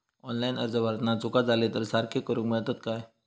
Online अर्ज भरताना चुका जाले तर ते सारके करुक मेळतत काय?